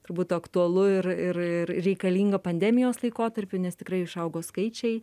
turbūt aktualu ir ir ir reikalinga pandemijos laikotarpiu nes tikrai išaugo skaičiai